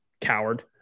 Coward